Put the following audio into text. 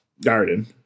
garden